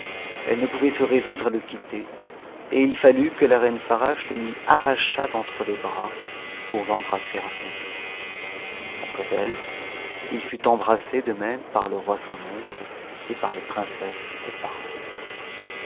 elle ne pouvait se résoudre à le quitter et il mut que la reine farasche le lui arrachât d'entre les bras pour l'embrasser à son tour après elle il fut embrassé de même par le roi son oncle et par les princesses ses parentes